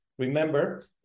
Remember